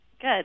Good